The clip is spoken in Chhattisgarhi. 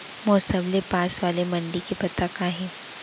मोर सबले पास वाले मण्डी के पता का हे?